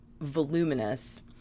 voluminous